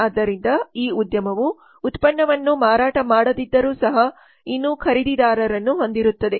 ಆದ್ದರಿಂದ ಈ ಉದ್ಯಮವು ಉತ್ಪನ್ನವನ್ನು ಮಾರಾಟ ಮಾಡದಿದ್ದರೂ ಸಹ ಇನ್ನೂ ಖರೀದಿದಾರರನ್ನು ಹೊಂದಿರುತ್ತದೆ